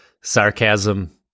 Sarcasm